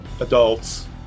adults